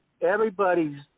everybody's